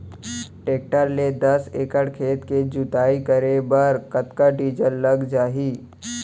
Tractor ले दस एकड़ खेत के जुताई करे बर कतका डीजल लग जाही?